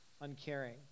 uncaring